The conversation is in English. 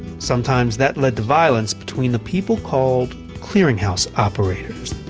sometimes that led to violence between the people called clearinghouse operators.